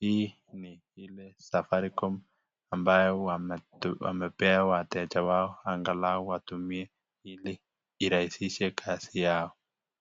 hii ni hii safaricom amba huwa wanapea wateja wao angalau watumie hili irahisishe kazi yao.